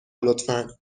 لطفا